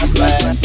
last